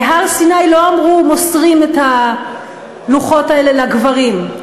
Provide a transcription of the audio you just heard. בהר-סיני לא אמרו: מוסרים את הלוחות האלה לגברים.